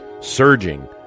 surging